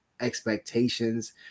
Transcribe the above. expectations